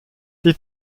die